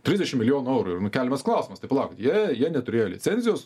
trisdešimt milijonų eurų ir nu keliamas klausimas tai palaukit jie jie neturėjo licenzijos